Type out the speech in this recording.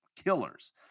killers